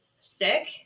sick